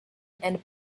and